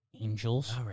Angels